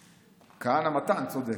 כהנא מתן צודק.